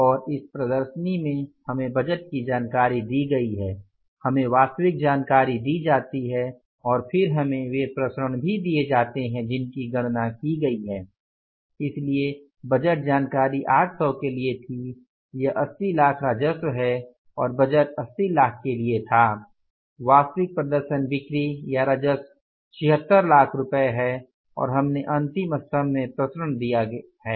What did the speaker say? और इस प्रदर्शनी में हमें बजट की जानकारी दी गई है हमें वास्तविक जानकारी दी जाती है और फिर हमें वे विचरण भी दिए जाते हैं जिनकी गणना की गई है इसलिए बजट जानकारी 800 के लिए थी यह 80 लाख राजस्व है और बजट 80 लाख के लिए था वास्तविक प्रदर्शन बिक्री या राजस्व 76 लाख रुपये है और हमने अंतिम स्तम्भ में विचरण दिया गया है